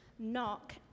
knock